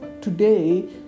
today